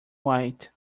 white